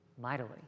mightily